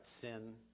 sin